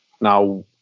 now